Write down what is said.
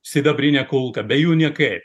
sidabrinė kulka be jų niekaip